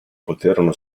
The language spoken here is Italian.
poterono